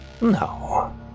No